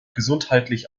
gesundheitlich